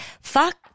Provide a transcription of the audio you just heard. Fuck